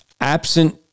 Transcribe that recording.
absent